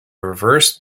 reverse